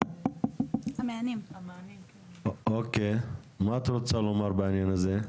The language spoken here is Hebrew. מה את רוצה לומר בעניין הזה?